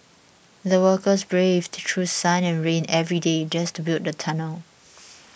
the workers braved through sun and rain every day just to build the tunnel